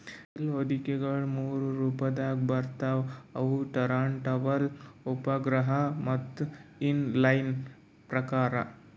bale ಹೊದಿಕೆಗೊಳ ಮೂರು ರೊಪದಾಗ್ ಬರ್ತವ್ ಅವು ಟರಂಟಬಲ್, ಉಪಗ್ರಹ ಮತ್ತ ಇನ್ ಲೈನ್ ಪ್ರಕಾರ್